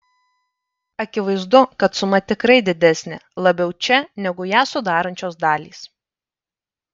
akivaizdu kad suma tikrai didesnė labiau čia negu ją sudarančios dalys